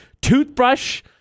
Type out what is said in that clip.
Toothbrush